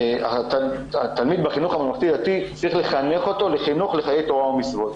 שצריך לחנך תלמיד בחינוך הממלכתי-דתי לחיי תורה ומצוות.